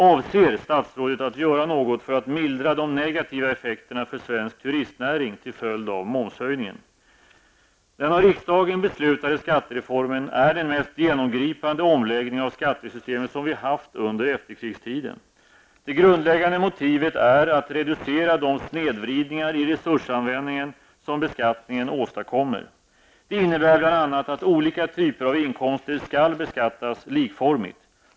Avser statsrådet att göra något för att mildra de negativa effekterna för svensk turistnäring till följd av momshöjningen? Den av riksdagen beslutade skattereformen är den mest genomgripande omläggning av skattesystemet som vi haft under efterkrigstiden. Det grundläggande motivet är att reducera de snedvridningar i resursanvändningen som beksattningen åstadkommer. Det innebär bl.a. att olika typer av inkomster skall beskattas likformigt.